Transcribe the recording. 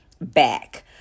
back